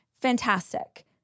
fantastic